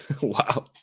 Wow